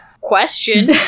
question